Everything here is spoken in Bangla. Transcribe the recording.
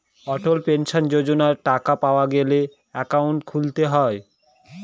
অটল পেনশন যোজনার টাকা পাওয়া গেলে একাউন্ট খুলতে হয়